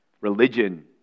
religion